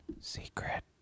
secret